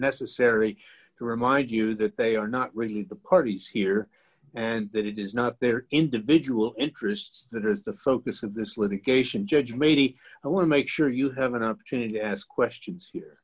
necessary to remind you that they are not really the parties here and that it is not their individual interests that is the focus of this litigation judge made it i want to make sure you have an opportunity to ask questions here